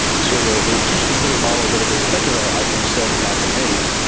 so the two specific models that are being affected are iphone seven and iphone eight.